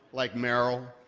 like meryl.